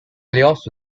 playoffs